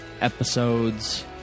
episodes